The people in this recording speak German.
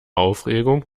aufregung